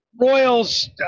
Royals